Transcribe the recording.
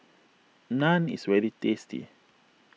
Naan is very tasty